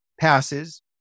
passes